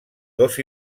dos